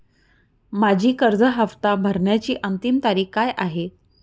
माझी कर्ज हफ्ता भरण्याची अंतिम तारीख काय आहे?